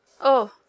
Oh